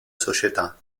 società